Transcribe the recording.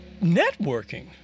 networking